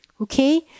Okay